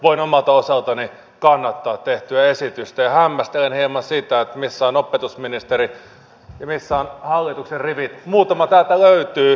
voin omalta osaltani kannattaa tehtyä esitystä ja hämmästelen hieman sitä missä on opetusministeri missä ovat hallituksen rivit muutama täältä löytyy